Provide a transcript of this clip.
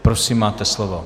Prosím, máte slovo.